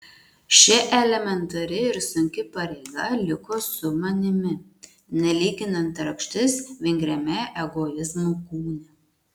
ši elementari ir sunki pareiga liko su manimi nelyginant rakštis vingriame egoizmo kūne